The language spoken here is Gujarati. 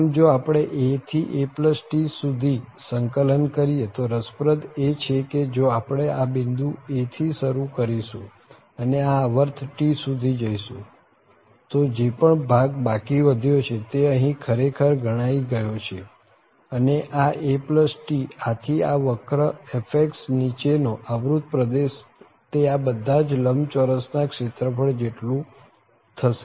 આમ જો આપણે a થી aT સુધી સંકલન કરીએ તો રસપ્રદ એ છે કે જો આપણે આ બિંદુ a થી શરુ કરીશું અને આ આવર્ત T સુધી જઈશું તો જે પણ ભાગ બાકી વધ્યો છે તે અહી ખરેખર ગણાયી ગયો છે અને આ aT આથી આ વક્ર f નીચે નો આવૃત પ્રદેશ તે આ બધા જ લંબચોરસ ના ક્ષેત્રફળ જેટલું થશે